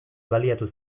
baliatu